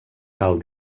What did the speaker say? cal